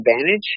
advantage